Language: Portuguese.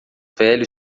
velho